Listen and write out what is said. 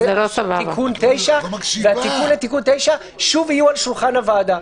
לקבל את תיקון 9 והתיקון לתיקון 9 יהיה שוב על שולחן הוועדה.